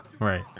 Right